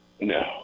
No